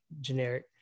generic